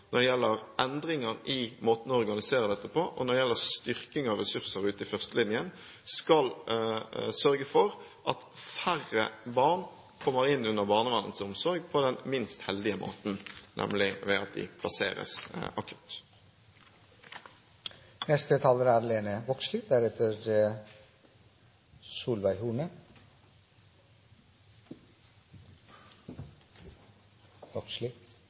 når det gjelder endringer i måten å organisere dette på, og når det gjelder styrking av ressurser ute i førstelinjen, skal sørge for at færre barn kommer inn under barnevernets omsorg på den minst heldige måten – nemlig ved at de plasseres akutt.